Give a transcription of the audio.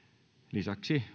lisäksi